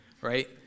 right